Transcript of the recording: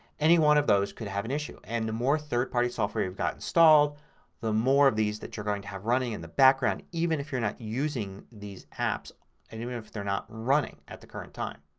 any one of those could have an issue. and the more third party software you've got installed the more of these that you're going to have running in the background even if you're not using these apps and even if they're not running at the current time.